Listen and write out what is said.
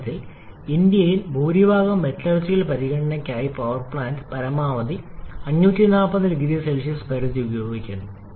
വാസ്തവത്തിൽ ഇന്ത്യയിൽ ഭൂരിഭാഗവും മെറ്റലർജിക്കൽ പരിഗണനയ്ക്കായി പവർ പ്ലാന്റ് പരമാവധി 540OC പരിധി ഉപയോഗിക്കുന്നു